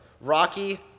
rocky